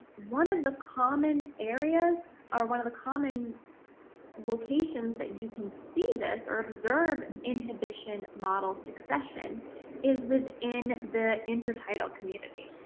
one of the common areas or one of the common locations that you can see this or observe an and inhibition model succession is within the intertidal community.